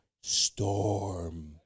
storm